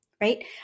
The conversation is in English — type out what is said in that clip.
right